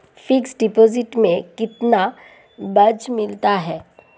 Fix deposit में कितना ब्याज मिलता है?